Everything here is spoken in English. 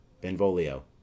Benvolio